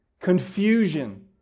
confusion